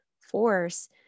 force